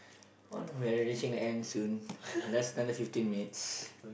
oh we're reaching the end soon just another fifteen minutes